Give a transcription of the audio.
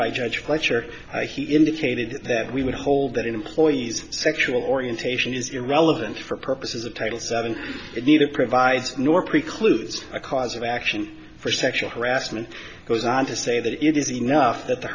by judge pleasure he indicated that we would hold that employees sexual orientation is irrelevant for purposes of titles and in need of provides nor precludes a cause of action for sexual harassment goes on to say that it is enough that the